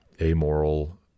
amoral